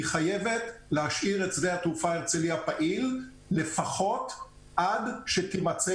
היא חייבת להשאיר את שדה התעופה הרצליה פעיל לפחות עד שתימצא